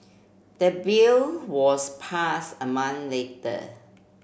the bill was pass a month later